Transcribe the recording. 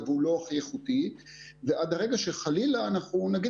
אבל גם אותם לוקח זמן להכשיר.